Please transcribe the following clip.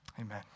Amen